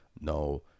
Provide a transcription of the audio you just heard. No